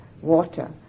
water